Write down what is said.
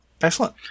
Excellent